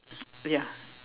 ya